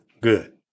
good